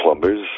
plumbers